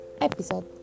episode